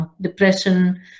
depression